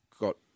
got